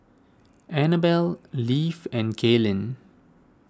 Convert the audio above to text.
Anabel Leif and Kalyn